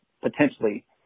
potentially